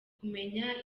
kumenya